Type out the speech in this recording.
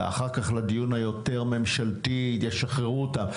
ואחר כך לדיון היותר ממשלתי ישחררו אותם,